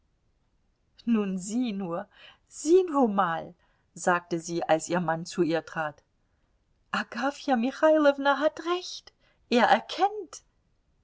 nun sieh nur sieh nur mal sagte sie als ihr mann zu ihr trat agafja michailowna hat recht er erkennt